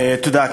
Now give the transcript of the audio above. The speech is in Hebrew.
תודה.